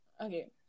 okay